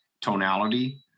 Tonality